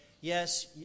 Yes